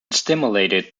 stimulated